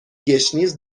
گشنیز